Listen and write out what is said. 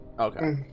Okay